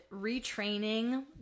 retraining